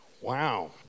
Wow